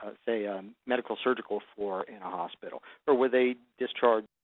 ah say, a um medical surgical floor in a hospital or were they discharged